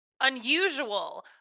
unusual